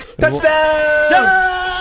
Touchdown